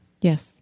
Yes